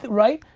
right?